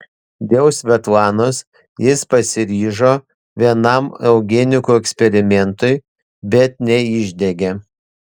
dėl svetlanos jis pasiryžo vienam eugenikų eksperimentui bet neišdegė